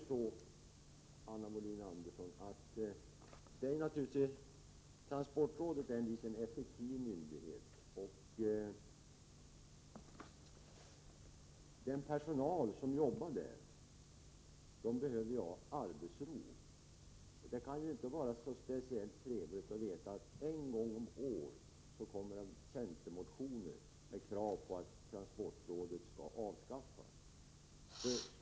Till Anna Wohlin-Andersson vill jag säga att transportrådet är en liten effektiv myndighet. Den personal som arbetar där behöver ha arbetsro. Det kan inte vara speciellt trevligt att veta att det en gång om året kommer centermotioner med krav på att transportrådet skall avskaffas.